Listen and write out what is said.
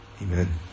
Amen